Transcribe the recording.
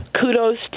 kudos